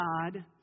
God